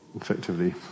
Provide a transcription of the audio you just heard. Effectively